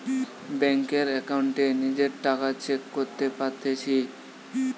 বেংকের একাউন্টে নিজের টাকা চেক করতে পারতেছি